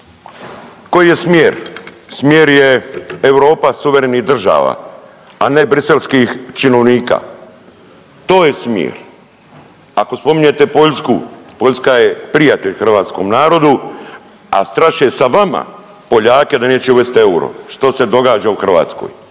Koji je smjer? Smjer je Europa suverenih država, a ne briselskih činovnika. To je smjer. Ako spominjete Poljsku, Poljska je prijatelj hrvatskom narodu, a straše sa vama Poljake da neće uvesti euro, što se događa u Hrvatskoj.